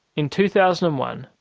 in two thousand and one,